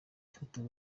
foto